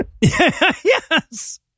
Yes